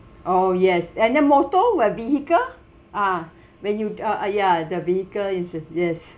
oh yes and then motor where vehicle ah when you uh uh ya the vehicle is a yes